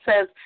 says